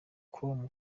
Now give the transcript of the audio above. com